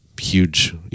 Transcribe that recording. huge